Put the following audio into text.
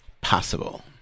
possible